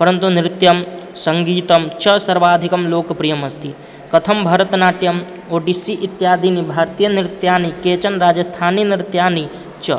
परन्तु नृत्यं सङ्गीतं च सर्वाधिकं लोकप्रियमस्ति कथं भरतनाट्यम् ओडिस्सि इत्यादीनि भारतीयनृत्यानि केचन् राजस्थानीनृत्यानि च